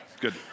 Good